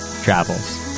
travels